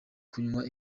kunywa